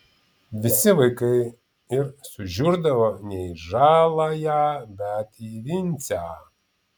visi vaikai ir sužiurdavo ne į žaląją bet į vincę